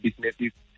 businesses